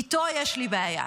איתו יש לי בעיה.